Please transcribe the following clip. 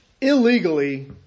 illegally